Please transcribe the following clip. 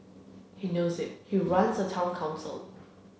he knows it he runs a Town Council